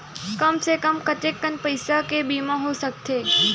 कम से कम कतेकन पईसा के बीमा हो सकथे?